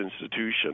institution